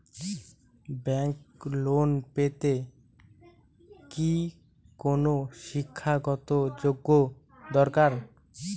Bank loan পেতে কি কোনো শিক্ষা গত যোগ্য দরকার?